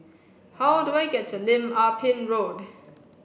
how do I get to Lim Ah Pin Road